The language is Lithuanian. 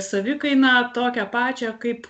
savikainą tokią pačią kaip